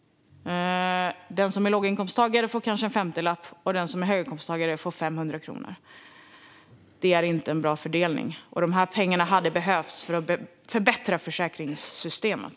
En låginkomsttagare får kanske en femtiolapp medan en höginkomsttagare får 500 kronor. Det är ingen bra fördelning, och dessa pengar hade behövts för att förbättra försäkringssystemet.